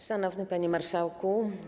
Szanowny Panie Marszałku!